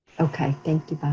okay, thank